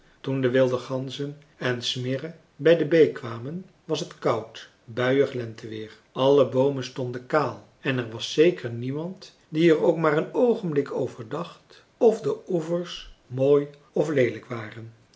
toen de wilde ganzen en smirre bij de beek kwamen was het koud buiïg lenteweer alle boomen stonden kaal en er was zeker niemand die er ook maar een oogenblik over dacht of de oevers mooi of leelijk waren